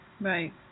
Right